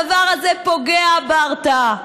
הדבר הזה פוגע בהרתעה.